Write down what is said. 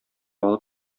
алып